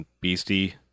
beastie